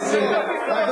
איך שאני רוצה?